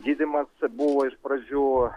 gydymas buvo iš pradžių